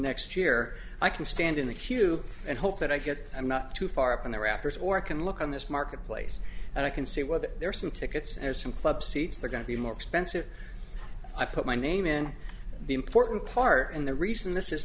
next year i can stand in the queue and hope that i get i'm not too far from the rafters or can look on this marketplace and i can see whether there are some tickets or some club seats they're going to be more expensive i put my name in the important part in the reason this is